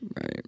right